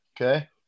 okay